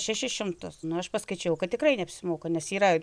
šešis šimtus nu aš paskaičiau kad tikrai neapsimoka nes yra